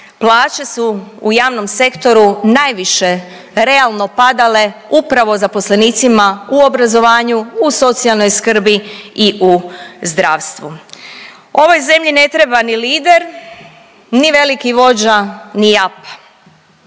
plaće su u javnom sektoru najviše realno padale upravo zaposlenicima u obrazovanju, u socijalnoj skrbi i u zdravstvu. Ovoj zemlji ne treba ni lider, ni veliki vođa, ni apa,